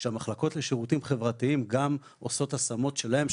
עכשיו המחלקות לשירותים חברתיים גם עושות השמות של השירותים שלהן,